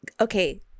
okay